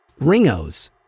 Ringos